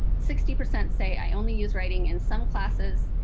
sixty percent say, i only use writing in some classes.